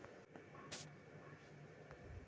Sprinkler పద్ధతిని ఏ ఏ పంటలకు వాడవచ్చు?